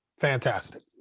Fantastic